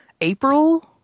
April